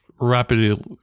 rapidly